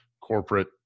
corporate